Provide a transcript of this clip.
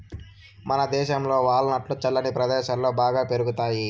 మనదేశంలో వాల్ నట్లు చల్లని ప్రదేశాలలో బాగా పెరుగుతాయి